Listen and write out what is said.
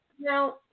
Now